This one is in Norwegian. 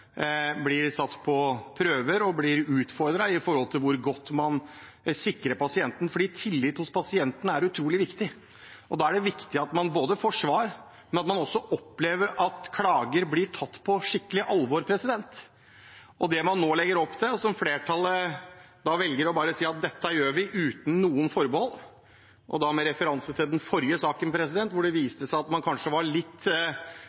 blir satt på prøve og utfordret med tanke på hvor godt man sikrer pasienten. Tillit hos pasienten er utrolig viktig, og da er det viktig at man får svar, men også at man opplever at klager blir tatt på skikkelig alvor. Det man nå legger opp til, er at flertallet bare sier at dette gjør vi, uten noen forbehold – og det er med referanse til den forrige saken, hvor det viste seg at man kanskje var litt